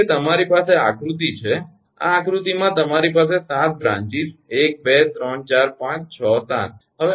કારણ કે તમારી પાસે આ આકૃતિ છે આ આકૃતિમાં તમારી પાસે 7 શાખાઓ 1 2 3 4 5 6 7 છે